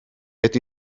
ydy